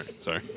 Sorry